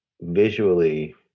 visually